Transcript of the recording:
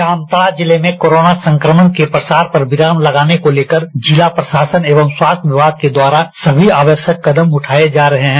जामताड़ा जिले में कोरोना संक्रमण के प्रसार पर विराम लगाने को लेकर जिला प्रशासन और स्वास्थ्य विभाग द्वारा सभी आवश्यक कदम उठाए जा रहे हैं